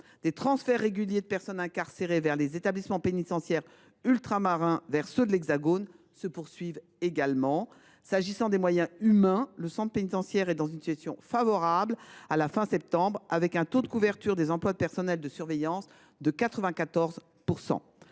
Des transferts réguliers de personnes incarcérées depuis les établissements pénitentiaires ultramarins vers ceux de l’Hexagone continuent également. En termes de moyens humains, le centre pénitentiaire de Baie Mahault est dans une situation favorable, avec un taux de couverture des emplois du personnel de surveillance de 94